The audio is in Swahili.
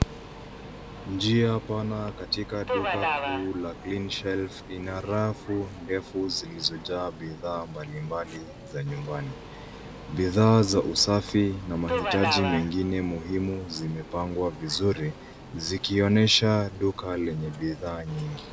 Njia pana katika duka kuu la Cleanshelf ina rafu ndefu zilizojaa bidhaa mbalimbali za nyumbani. Bidhaa za usafi na mahitaji mengine muhimu zimepangwa vizuri zikionyesha duka lenye bidhaa nyingi.